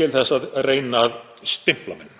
til að reyna að stimpla menn